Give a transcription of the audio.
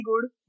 good